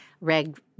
Reg